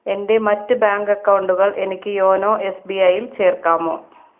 എൻ്റെ മറ്റ് ബാങ്ക് അക്കൗണ്ടുകൾ എനിക്ക് യോനോ എസ് ബി ഐയിൽ ചേർക്കാമോ